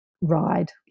ride